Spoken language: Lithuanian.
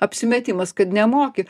apsimetimas kad nemoki